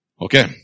Okay